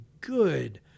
good